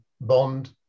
bond